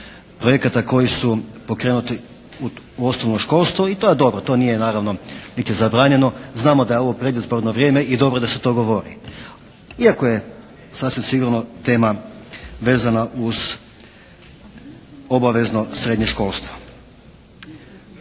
projekata koji su pokrenuti u osnovnom školstvu. I to je dobro, to nije naravno niti zabranjeno. Znamo da je ovo predizborno vrijeme i dobro je da se to govori. Iako je sasvim sigurno tema vezana uz obavezno srednje školstvo.